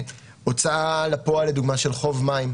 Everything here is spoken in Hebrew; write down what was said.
הוצאה לפועל לדוגמה של חוב מים,